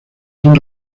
son